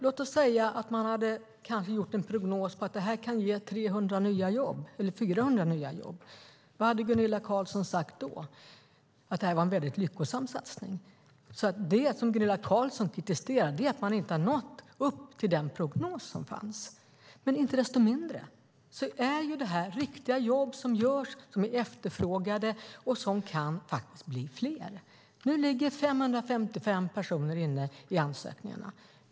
Låt oss säga att man hade gjort en prognos om att detta kunde ge 300 eller 400 nya jobb. Vad hade Gunilla Carlsson sagt då? Hade hon sagt att det var en väldigt lyckosam satsning? Gunilla Carlsson kritiserar ju att man inte har nått upp till den prognos som fanns. Men inte desto mindre är detta riktiga jobb som görs, som är efterfrågade och som kan bli fler. Nu finns det 555 personer i ansökningarna.